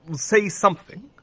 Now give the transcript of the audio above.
say something!